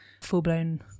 full-blown